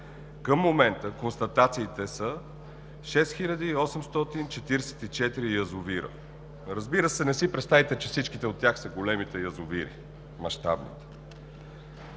Към момента констатациите са – 6844 язовира. Разбира се, не си представяйте, че всичките от тях са големите язовири, мащабните.